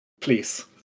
Please